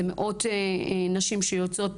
זה מאות נשים שיוצאות